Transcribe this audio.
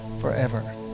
forever